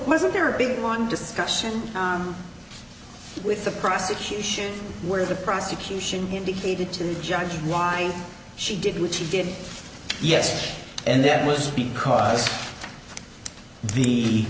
wasn't there a big one discussion with the prosecution where the prosecution indicated to the judge why she did what she did yes and that was because the